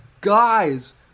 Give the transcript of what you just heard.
guys